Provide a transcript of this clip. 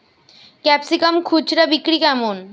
Capsicum খুচরা বিক্রি কেমন?